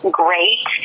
great